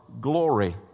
glory